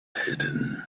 hidden